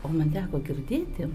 o man teko girdėti